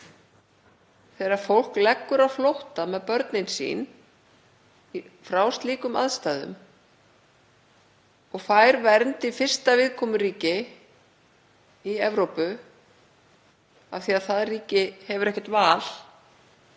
þegar fólk leggur á flótta með börnin sín frá slíkum aðstæðum og fær vernd í fyrsta viðkomuríki í Evrópu, af því að það ríki hefur ekkert val